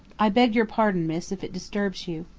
i beg your pardon, miss, if it disturbs you.